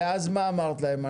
ומה אמרת להם אז?